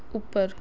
ਉੱਪਰ